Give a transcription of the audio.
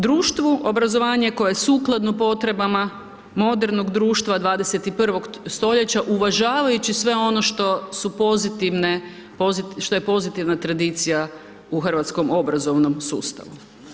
Društvu, obrazovanje koje je sukladno potrebama modernog društva 21. stoljeća uvažavajući sve ono što su pozitivne, što je pozitivna tradicija u hrvatskom obrazovnom sustavu.